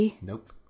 Nope